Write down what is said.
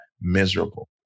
miserable